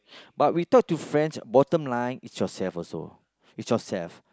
but we talk to friends bottomline is yourself also is yourself